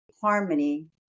harmony